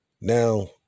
Now